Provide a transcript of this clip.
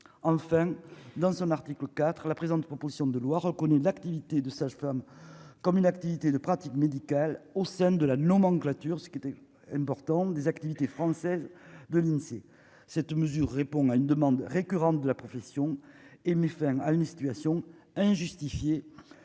enfin dans un article IV la présente proposition de loi reconnaît l'activité de sage-femme comme une activité de pratique médicale au sein de la nomenclature, ce qui était importante des activités françaises de l'Insee, cette mesure répond à une demande récurrente de la profession et mis fin à une situation injustifiée